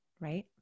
Right